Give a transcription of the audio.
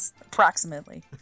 Approximately